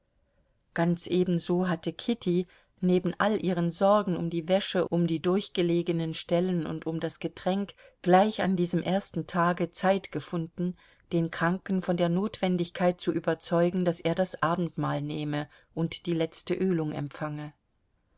ganz ebenso hatte kitty neben all ihren sorgen um die wäsche um die durchgelegenen stellen und um das getränk gleich an diesem ersten tage zeit gefunden den kranken von der notwendigkeit zu überzeugen daß er das abendmahl nehme und die letzte ölung empfange